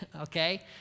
Okay